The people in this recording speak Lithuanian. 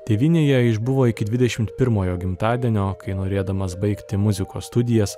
tėvynėje išbuvo iki dvidešimt pirmojo gimtadienio kai norėdamas baigti muzikos studijas